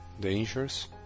dangers